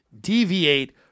deviate